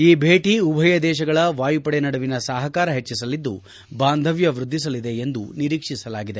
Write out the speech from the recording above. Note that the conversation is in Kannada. ಈ ಭೇಟಿ ಉಭಯ ದೇಶಗಳ ವಾಯುಪಡೆ ನಡುವಿನ ಸಹಕಾರ ಹೆಚ್ಚಿಸಲಿದ್ದು ಬಾಂಧವ್ಯ ವೃದ್ಧಿಸಲಿದೆ ಎಂದು ನಿರೀಕ್ಷಿಸಲಾಗಿದೆ